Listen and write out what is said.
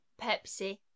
Pepsi